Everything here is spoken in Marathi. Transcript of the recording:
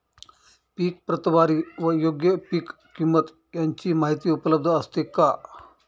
पीक प्रतवारी व योग्य पीक किंमत यांची माहिती उपलब्ध असते का?